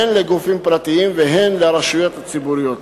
הן לגופים פרטיים והן לרשויות הציבוריות.